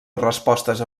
respostes